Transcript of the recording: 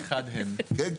כן,